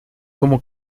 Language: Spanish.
como